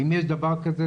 האם יש דבר כזה,